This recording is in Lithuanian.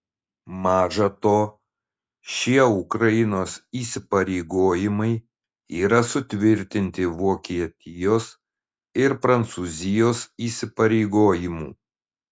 maža to šie ukrainos įsipareigojimai yra sutvirtinti vokietijos ir prancūzijos įsipareigojimų